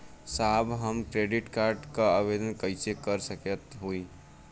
साहब हम credit card क आवेदन कइसे कर सकत हई?